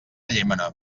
llémena